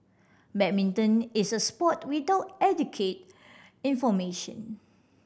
badminton is a sport without adequate information